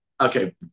okay